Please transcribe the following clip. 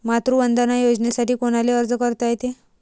मातृवंदना योजनेसाठी कोनाले अर्ज करता येते?